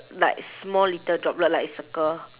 like small little droplet like circle